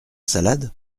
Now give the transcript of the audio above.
salade